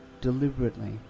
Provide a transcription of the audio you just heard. deliberately